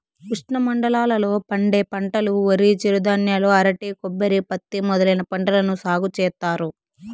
ఉష్ణమండలాల లో పండే పంటలువరి, చిరుధాన్యాలు, అరటి, కొబ్బరి, పత్తి మొదలైన పంటలను సాగు చేత్తారు